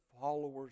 followers